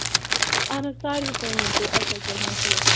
اَہن حظ ساروی ؤنِو تُہۍ اَکہِ اَکہِ ؤنِو تُہۍ